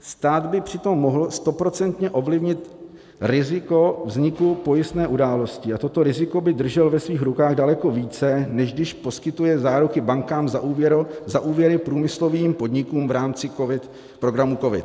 Stát by přitom mohl stoprocentně ovlivnit riziko vzniku pojistné události a toto riziko by držel ve svých rukách daleko více, než když poskytuje záruky bankám za úvěry průmyslovým podnikům v rámci programů COVID.